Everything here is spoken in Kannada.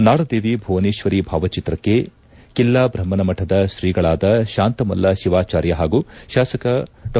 ನಾಡದೇವಿ ಭುವನೇಶ್ವರಿ ಭಾವಚಿತ್ರಕ್ಕೆ ಕಿಲ್ಲಾ ಬಸ್ಕ್ರನ ಮರದ ಶ್ರೀಗಳಾದ ಶಾಂತಮಲ್ಲ ಶಿವಾಚಾರ್ಯ ಪಾಗೂ ಶಾಸಕ ಡಾ